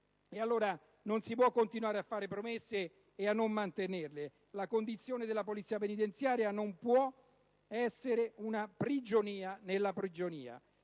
E allora, non si può continuare a fare promesse e non mantenerle. La condizione della Polizia penitenziaria non può essere una prigionia nella prigionia.